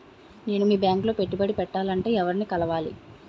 నేను మీ బ్యాంక్ లో పెట్టుబడి పెట్టాలంటే ఎవరిని కలవాలి?